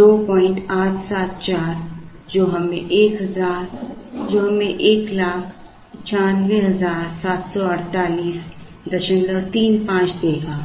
2874 जो हमें 19574835 देगा